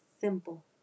simple